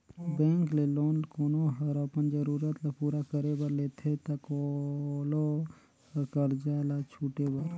bank ले loan कोनो हर अपन जरूरत ल पूरा करे बर लेथे ता कोलो हर करजा ल छुटे बर